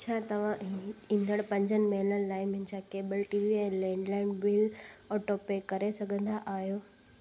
छा तव्हां ईंदड़ पंज महिननि लाइ मुंहिंजा केबल टीवी ऐं लैंडलाईन बिल ऑटोपे करे सघंदा आहियो